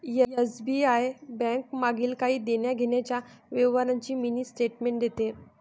SBI bank मागील काही देण्याघेण्याच्या व्यवहारांची मिनी स्टेटमेंट देते